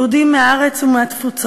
יהודים מהארץ ומהתפוצות,